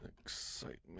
Excitement